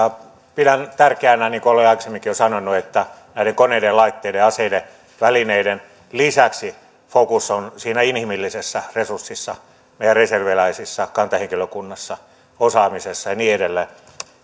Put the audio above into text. pidän tärkeänä niin kuin olen aikaisemminkin jo sanonut että näiden koneiden ja laitteiden aseiden ja välineiden lisäksi fokus on siinä inhimillisessä resurssissa meidän reserviläisissä kantahenkilökunnassa osaamisessa ja niin edelleen